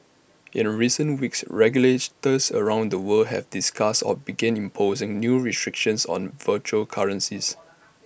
in recent weeks regulators around the world have discussed or begun imposing new restrictions on virtual currencies